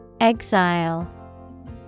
Exile